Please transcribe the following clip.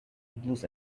blues